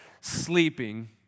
sleeping